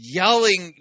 yelling